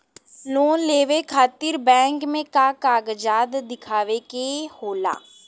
Loan लेवे खातिर bank मे का कागजात दिखावे के होला?